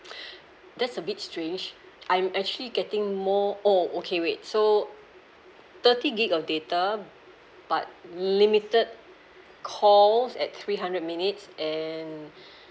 that's a bit strange I'm actually getting more oh okay wait so thirty G_B of data but limited calls at three hundred minutes and